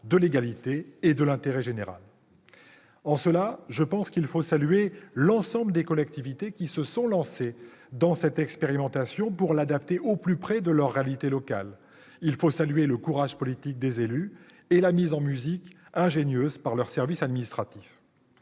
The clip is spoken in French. de l'égalité et de l'intérêt général. Je tiens d'ailleurs à saluer l'ensemble des collectivités qui se sont lancées dans cette expérimentation pour l'adapter au plus près de leur réalité locale. Il faut saluer le courage politique des élus et la mise en musique ingénieuse de leurs services administratifs.